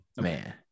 Man